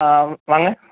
ஆ வாங்க